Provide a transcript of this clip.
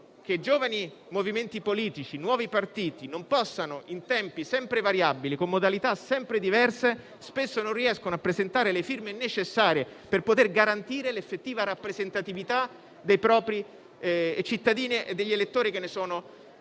che i giovani movimenti politici e i nuovi partiti spesso non riescano, in tempi sempre variabili e con modalità sempre diverse, a presentare le firme necessarie per poter garantire l'effettiva rappresentatività dei propri cittadini e degli elettori che ne sono sostenitori.